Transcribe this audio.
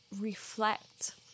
reflect